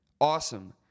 Awesome